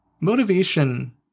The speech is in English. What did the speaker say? Motivation